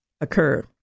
occur